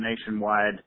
nationwide